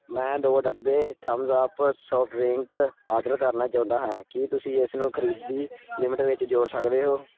ਮੈਂ ਦੋ ਡੱਬੇ ਥਮਸਅੱਪ ਸੋਫਟ ਡਰਿੰਕ ਓਡਰ ਕਰਨਾ ਚਾਉਂਦਾ ਹਾਂ ਕੀ ਤੁਸੀਂ ਇਸਨੂੰ ਖਰੀਦੀ ਲਿਮਟ ਵਿੱਚ ਜੋੜ ਸਕਦੇ ਹੋ